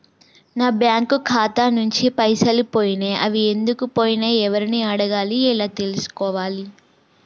నా బ్యాంకు ఖాతా నుంచి పైసలు పోయినయ్ అవి ఎందుకు పోయినయ్ ఎవరిని అడగాలి ఎలా తెలుసుకోవాలి?